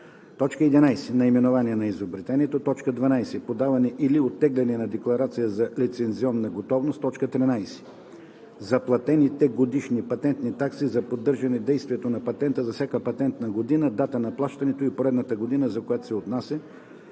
такива; 11. наименование на изобретението; 12. подаване или оттегляне на декларация за лицензионна готовност; 13. заплатените годишни патентни такси за поддържане действието на патента за всяка патентна година – дата на плащането и поредната година, за която се отнася;